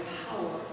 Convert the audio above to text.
power